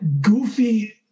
goofy